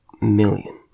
million